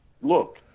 look